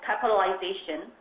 capitalization